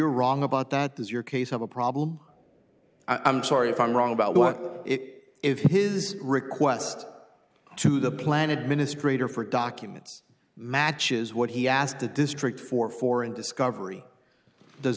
you're wrong about that does your case have a problem i'm sorry if i'm wrong about what it is his request to the plan administrator for documents matches what he asked the district for foreign discovery does